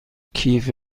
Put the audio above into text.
کیف